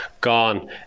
gone